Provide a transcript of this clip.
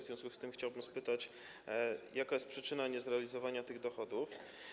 W związku z tym chciałbym spytać, jaka jest przyczyna niezrealizowania tych dochodów.